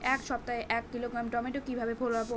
এক সপ্তাহে এক কিলোগ্রাম টমেটো কিভাবে ফলাবো?